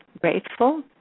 grateful